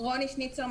רוני שניצר,